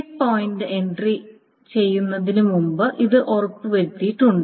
check point entry ചെയ്യുന്നതിന് മുമ്പ് അത് ഉറപ്പുവരുത്തിയിട്ടുണ്ട്